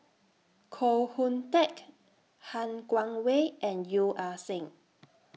Koh Hoon Teck Han Guangwei and Yeo Ah Seng